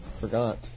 forgot